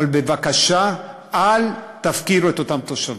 אבל בבקשה, אל תפקירו את אותם תושבים.